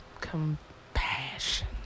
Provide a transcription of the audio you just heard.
Compassion